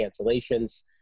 cancellations